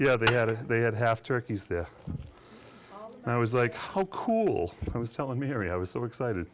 yeah they had it they had half turkeys there i was like whoa cool i was telling me i was so excited